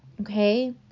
okay